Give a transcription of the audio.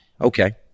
okay